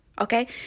Okay